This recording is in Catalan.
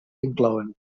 inclouen